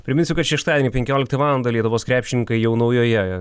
priminsiu kad šeštadienį penkioliktą valandą lietuvos krepšininkai jau naujoje